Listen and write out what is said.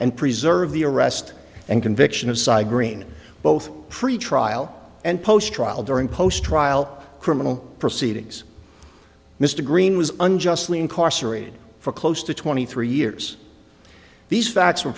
and preserve the arrest and conviction of side green both pre trial and post trial during post trial criminal proceedings mr green was unjustly incarcerated for close to twenty three years these facts were